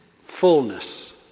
fullness